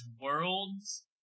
worlds